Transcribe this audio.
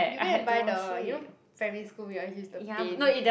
you go and buy the you know primary school we always use the paint